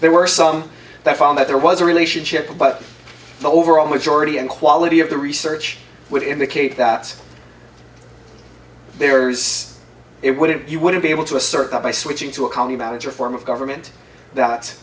there were some that found that there was a relationship but the overall majority and quality of the research would indicate that there is it wouldn't you want to be able to assert that by switching to a county manager form of government that